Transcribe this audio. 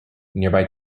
nearby